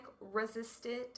resistant